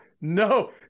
no